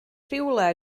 rhywle